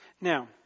Now